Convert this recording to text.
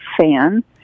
fan